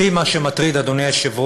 מה שמטריד אותי, אדוני היושב-ראש,